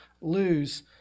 lose